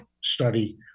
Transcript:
study